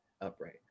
upright